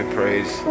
praise